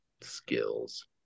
skills